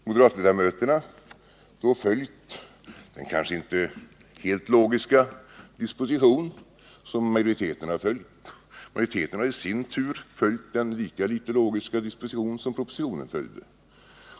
Moderatledamöterna har följt den kanske inte helt logiska disposition som majoriteten har följt. Majoriteten har i sin tur följt den lika litet logiska disposition som propositionen följer.